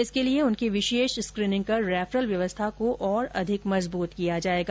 इसके लिए उनकी विशेष स्क्रीनिंग कर रैफरल व्यवस्था को और अधिक मजबूत किया जाएगा